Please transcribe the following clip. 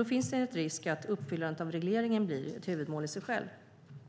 Då finns det en risk att uppfyllandet av regleringen blir ett huvudmål i sig självt